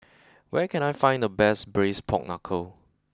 where can I find the best Braised Pork Knuckle